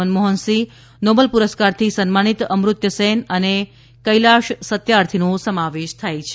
Manmohan Singh Nobel પુરસ્કારથી સન્માનિત અમૃત્ય સેન અને કૈલાશ સત્યાર્થીનો સમાવેશ થાય છે